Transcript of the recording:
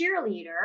cheerleader